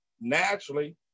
naturally